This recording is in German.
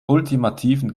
ultimativen